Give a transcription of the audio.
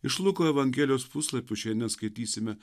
iš luko evangelijos puslapių šiandien skaitysime